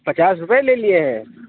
پچاس روپئے لے لیے ہیں